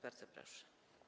Bardzo proszę.